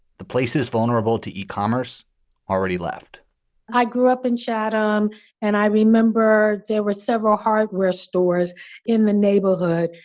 the place is vulnerable to e-commerce already left i grew up in chatham and i remember there were several hardware stores in the neighborhood.